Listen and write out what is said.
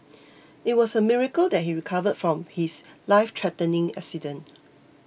it was a miracle that he recovered from his lifethreatening accident